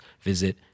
visit